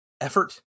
effort